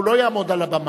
הוא לא יעמוד על הבמה.